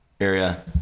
area